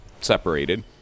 separated